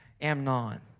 Amnon